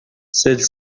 celles